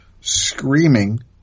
screaming